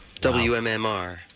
WMMR